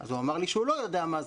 אז הוא אמר לי שהוא לא יודע מה זה.